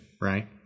right